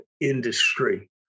industry